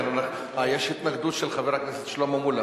יש התנגדות של חבר הכנסת שלמה מולה.